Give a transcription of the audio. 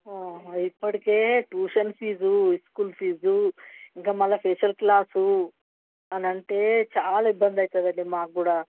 ఇప్పటికే tuition fees school fees ఇంకా మళ్ళా స్పెషల్ క్లాసు అనంటే చాలా ఇబ్బంది అవుతుందండి మాకు కూడా